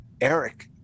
Eric